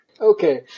Okay